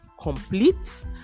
complete